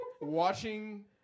watching